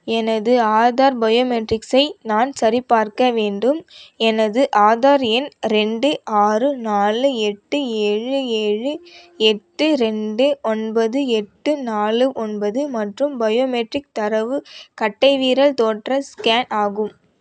எனது ஆதார் பயோமெட்ரிக்ஸை நான் சரிபார்க்க வேண்டும் எனது ஆதார் எண் ரெண்டு ஆறு நாலு எட்டு ஏழு ஏழு எட்டு ரெண்டு ஒன்பது எட்டு நாலு ஒன்பது மற்றும் பயோமெட்ரிக் தரவு கட்டைவிரல் தோற்ற ஸ்கேன் ஆகும்